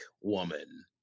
woman